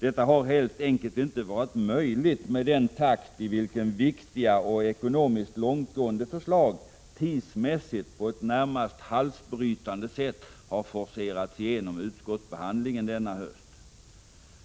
Detta har helt enkelt inte varit möjligt med den takt i vilken viktiga och ekonomiskt långtgående förslag tidsmässigt på ett närmast halsbrytande sätt forceras igenom utskottsbehandlingen denna höst.